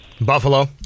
Buffalo